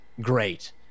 great